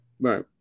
Right